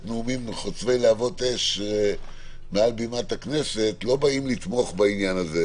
נאומים חוצבי להבות אש מעל בימת הכנסת לא באים לתמוך בעניין הזה,